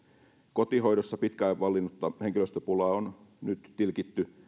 kotihoidossa pitkään vallinnutta henkilöstöpulaa on nyt tilkitty